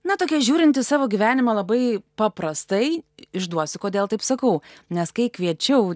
na tokia žiūrinti į savo gyvenimą labai paprastai išduosiu kodėl taip sakau nes kai kviečiau